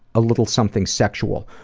a little something sexual.